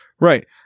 Right